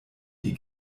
die